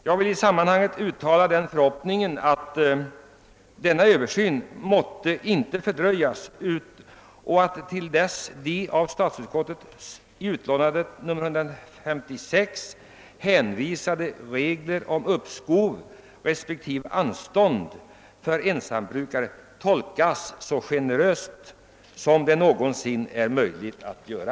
Jag vill i sammanhanget uttala den förhoppningen att denna översyn inte måtte fördröjas och att till dess resultatet därav föreligger de regler om uppskov respektive anstånd för ensambrukare, som statsutskottet i sitt utlåtande 156 hänvisar till, tolkas så generöst som det någonsin är möjligt att göra.